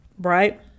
right